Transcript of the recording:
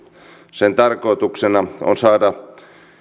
sen tarkoituksena on saada